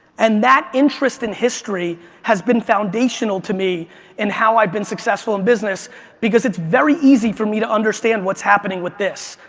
and that interest in history has been foundational to me in how i've been successful in business because it's very easy for me to understand what's happening with this.